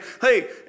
hey